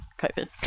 covid